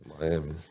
Miami